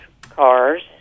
cars